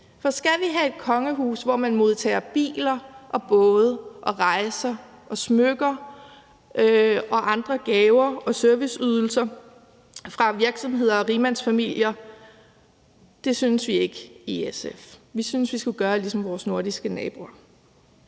For skal vi have et kongehus, hvor man modtager biler, både, rejser og smykker og andre gaver og serviceydelser fra virksomheder og rigmandsfamilier? Det synes vi ikke i SF. Vi synes, at vi skulle gøre ligesom vores nordiske naboer